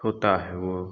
होता है वो